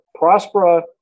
Prospera